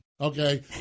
Okay